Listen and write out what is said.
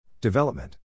Development